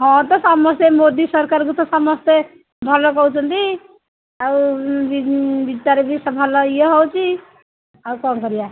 ହଁ ତ ସମସ୍ତେ ମୋଦି ସରକାରଙ୍କୁ ତ ସମସ୍ତେ ଭଲ କହୁଛନ୍ତି ଆଉ ବିଦାରେ ବି ଭଲ ଇଏ ହେଉଛି ଆଉ କ'ଣ କରିବା